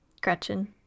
gretchen